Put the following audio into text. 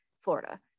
Florida